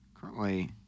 currently